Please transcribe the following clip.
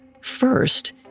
First